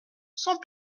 sans